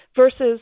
versus